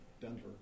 Denver